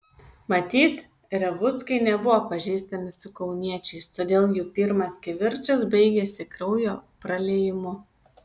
matyt revuckai nebuvo pažįstami su kauniečiais todėl jų pirmas kivirčas baigėsi kraujo praliejimu